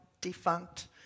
defunct